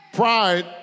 pride